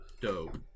Dope